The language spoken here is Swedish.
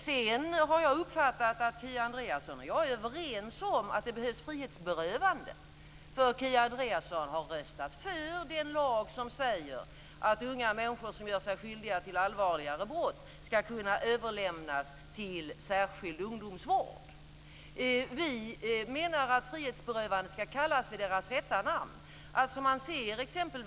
Jag har uppfattat att Kia Andreasson och jag är överens om att det behövs frihetsberövande. Kia Andreasson har röstat för den lag som säger att unga människor som gör sig skyldiga till allvarligare brott ska kunna överlämnas till särskild ungdomsvård. Vi menar att frihetsberövandena ska kallas vid sina rätta namn.